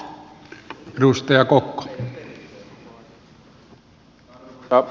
herra puhemies